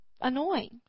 annoying